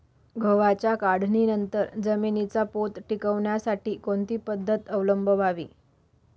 गव्हाच्या काढणीनंतर जमिनीचा पोत टिकवण्यासाठी कोणती पद्धत अवलंबवावी?